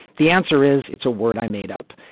the answer is it's a word i made up.